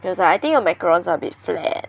he was like I think your macarons are a bit flat